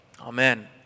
Amen